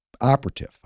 operative